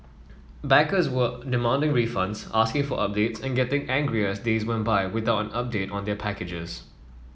backers were demanding refunds asking for updates and getting angrier as days went by without an update on their packages